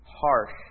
harsh